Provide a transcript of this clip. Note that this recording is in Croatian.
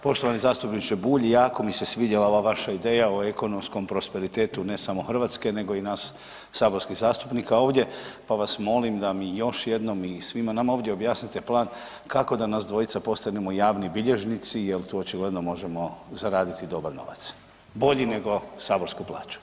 Poštovani zastupniče Bulj, jako mi se svidjela ova vaša ideja o ekonomskom prosperitetu ne samo Hrvatske nego i nas saborskih zastupnika ovdje pa vas molim da mi još jednom i svima nama ovdje objasnite plan kako da nas dvojica postanemo javni bilježnici jer tu očigledno možemo zaraditi dobar novac, bolji nego saborsku plaću.